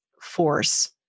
force